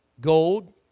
Gold